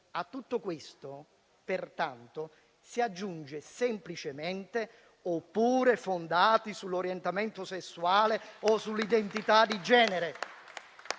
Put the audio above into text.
A tutto questo, pertanto, si aggiungerebbe semplicemente «oppure fondati (...) sull'orientamento sessuale o sull'identità di genere».